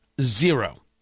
zero